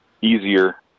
easier